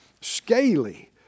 scaly